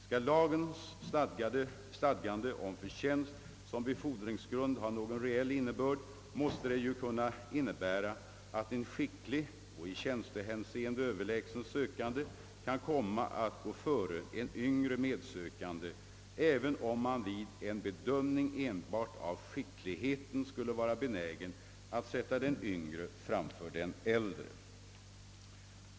Skall lagens stadgande om förtjänst som befordringsgrund ha någon reell innebörd, måste det ju kunna innebära att en skicklig och i tjänsteårshänseende överlägsen sökande kan komma att gå före en yngre medsökande, även om man vid en bedömning enbart av skickligheten skulle vara benägen att sätta den yngre framför den äldre.